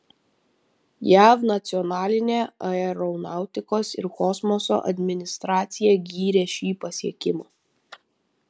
jav nacionalinė aeronautikos ir kosmoso administracija gyrė šį pasiekimą